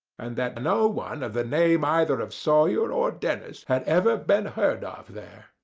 and that no one of the name either of sawyer or dennis had ever been heard of there.